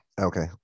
Okay